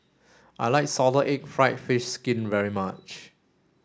I like salted egg fried fish skin very much